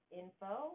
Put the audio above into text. info